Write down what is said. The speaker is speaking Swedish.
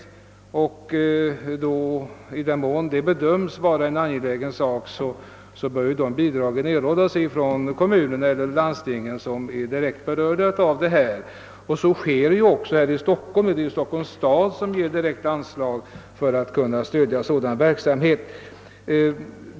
I. den: mån S:t Lukasstiftelsens sjukvårdsverksamhet bedöms vara angelägen bör bidrag till denna erhållas från kommunen eller landstinget som är direkt berörda. Så sker också här i Stockholm, där det är Stockholms stad som ger direkta anslag för att stödja en sådan verksamhet.